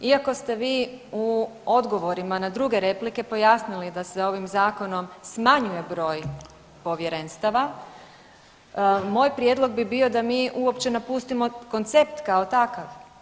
Iako ste vi u odgovorima na druge replike pojasnili da se ovim zakonom smanjuje broj povjerenstava, moj prijedlog bi bio da mi uopće napustimo koncept kao takav.